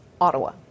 Ottawa